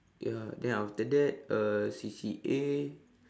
ya then after that uh C_C_A